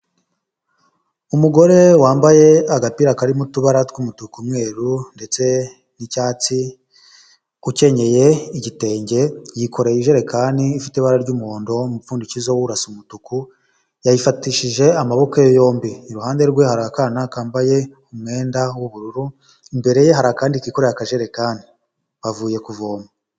Umugore wambaye agapira karimo utubara tw'umutuku, umweru ndetse n'icyatsi ukenyeye igitenge, yikore injerekani ifite ibara ry'umuhondo, umupfundikizo wo urasa umutuku yayifatishije amaboko ye yombi, iruhande rwe hari akana kambaye umwenda w'ubururu, imbere ye hari akandi kikoreye akajerekani bavuye kuvoma.